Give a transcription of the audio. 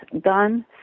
done